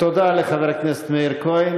תודה לחבר הכנסת מאיר כהן.